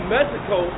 Mexico